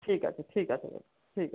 ঠিক আছে ঠিক আছে দাদা ঠিক আছে